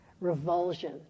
revulsion